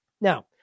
Now